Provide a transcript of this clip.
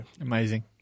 Amazing